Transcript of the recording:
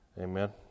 Amen